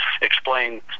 explain